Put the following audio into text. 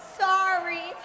sorry